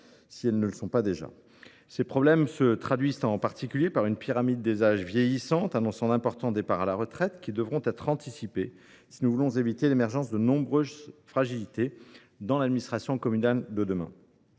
si elles ne le sont pas déjà. Ces problèmes se traduisent en particulier par une pyramide des âges vieillissante annonçant d’importants départs à la retraite, qui devront être anticipés si nous voulons éviter l’émergence de nombreuses fragilités dans l’administration communale de demain.